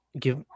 Give